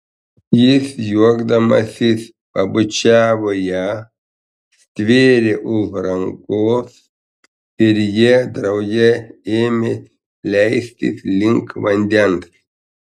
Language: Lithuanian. jis juokdamasis pabučiavo ją stvėrė už rankos ir jie drauge ėmė leistis link vandens